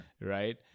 Right